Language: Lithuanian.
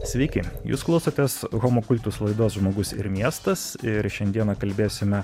sveiki jūs klausotės homo cultus laidos žmogus ir miestas ir šiandieną kalbėsime